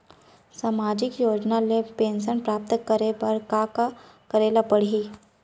सामाजिक योजना ले पेंशन प्राप्त करे बर का का करे ल पड़ही?